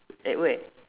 at where